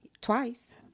Twice